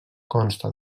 consta